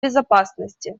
безопасности